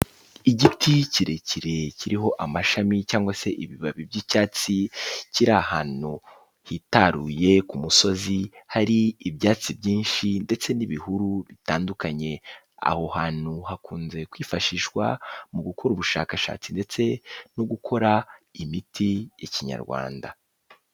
Igiti kirekire, kiriho amashami cyangwa se ibibabi by'icyatsi, kiri ahantu hitaruye ku musozi, hari ibyatsi byinshi ndetse n'ibihuru bitandukanye, aho hantu hakunze kwifashishwa mu gukora ubushakashatsi ndetse no gukora imiti y'ikinyarwanda.